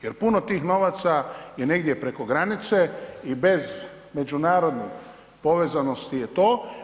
Jer puno tih novaca je negdje preko granice i bez međunarodnih povezanosti je to.